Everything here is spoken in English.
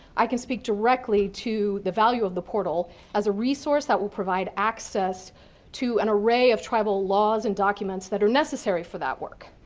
i can speak directly to the value of the portal as a resource that will provide access to an array of tribal laws and documents that are necessary for that work.